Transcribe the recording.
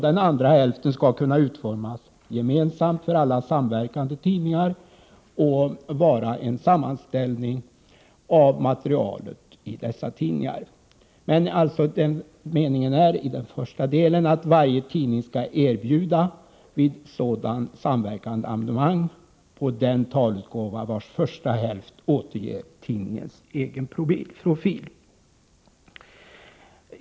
Den andra hälften skall kunna utformas gemensamt av alla samverkande tidningar och vara en sammanställning av materialet i dessa tidningar. Meningen är i den första delen att varje tidning vid sådan samverkan skall erbjuda abonnemang på den talutgåva vars första hälft återger tidningens egen profil.